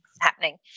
happening